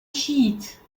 chiite